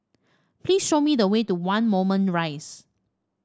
please show me the way to One Moulmein Rise